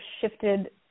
shifted